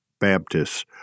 Baptists